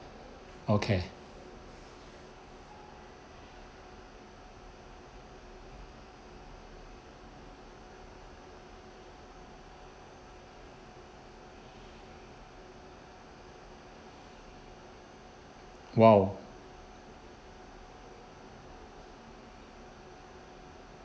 okay !wow!